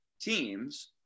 teams